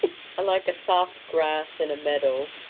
i like a soft grass in a meadow.